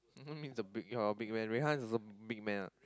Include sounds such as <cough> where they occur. <laughs> means the big your a big man Rui-Han also big man what